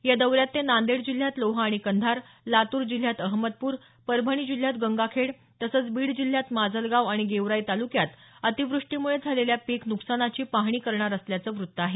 या दौऱ्यात ते नांदेड जिल्ह्यात लोहा आणि कंधार लातूर जिल्ह्यात अहमदपूर परभणी जिल्ह्यात गंगाखेड तसंच बीड जिल्ह्यात माजलगाव आणि गेवराई तालुक्यात अतिवृष्टीमुळे झालेल्या पीक नुकसानाची पाहणी करणार असल्याचं वृत्त आहे